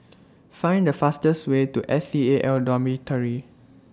Find The fastest Way to S C A L Dormitory